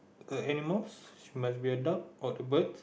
animals must be dog or a bird